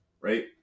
right